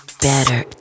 better